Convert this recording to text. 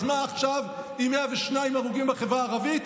אז מה עכשיו עם 102 הרוגים בחברה הערבית?